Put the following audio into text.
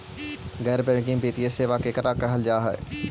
गैर बैंकिंग वित्तीय सेबा केकरा कहल जा है?